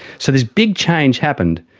so this big change happened,